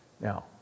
Now